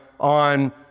on